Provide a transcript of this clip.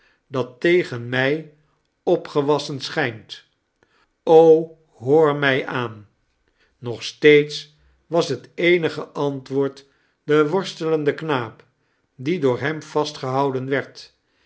dat tegen mij opgewassen schijnt o hoor mij aan nog steeds was het eenige antwoord de worstelende knaap die door hem vastgehouden werd